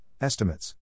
estimates